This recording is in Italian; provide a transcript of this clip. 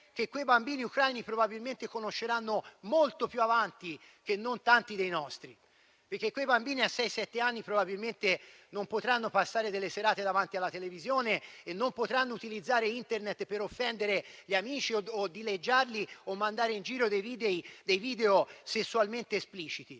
che quei bambini ucraini probabilmente conosceranno molto più avanti che tanti dei nostri. Quei bambini a sei-sette anni probabilmente non potranno passare delle serate davanti alla televisione e non potranno utilizzare Internet per offendere gli amici, dileggiarli o mandare in giro dei video sessualmente espliciti.